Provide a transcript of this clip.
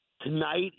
Tonight